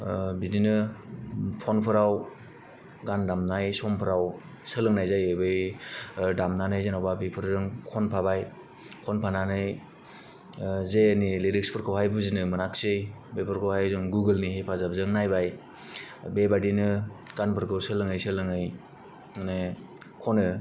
बिदिनो फनफोराव गान दामनाय समफोराव सोलोंनाय जायो बै दामनानै जेन'बा बेफोरजों खनफाबाय खनफानानै जेनि लिरिक्सफोरखौहाय बुजिनो मोनाखसै बेफोरखौहाय जों गुगलनि हेफाजाबजों नायबाय बेबायदिनो गानफोरखौ सोलोङै सोलोङै मानि ख'नो